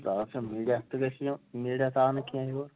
دَپ سہ میٖڈیا تہِ گژھِ یُن میٖڈیا تہِ آو نہ کینٛہہ یور